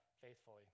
faithfully